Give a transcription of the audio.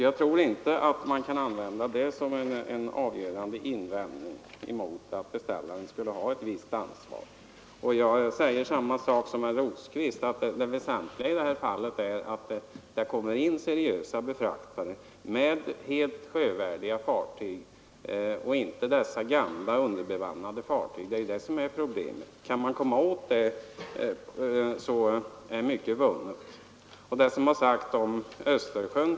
Jag tror inte att man kan använda det skälet som en avgörande invändning mot att beställaren skulle ha ett ansvar. Jag säger samma sak som herr Rosqvist, att det väsentliga i det här fallet är att det kommer in seriösa befraktare med helt sjövärdiga fartyg och inte dessa befraktare med gamla och underbemannade fartyg — det är ju det som är problemet. Kan man komma åt dem är mycket vunnet. Det har talats om Östersjön.